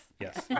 Yes